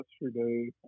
yesterday